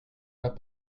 pas